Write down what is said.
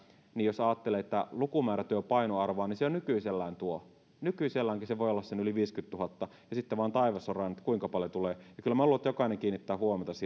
jos ajattelee että lukumäärä tuo painoarvoa niin se jo nykyisellään tuo nykyiselläänkin se voi olla sen yli viisikymmentätuhatta ja sitten vain taivas on rajana että kuinka paljon tulee ja kyllä minä luulen että jokainen kiinnittää huomiota siihen